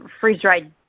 freeze-dried